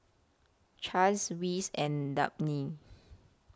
Chaz Wes and Dabney